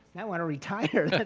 i wanna retire.